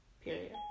Period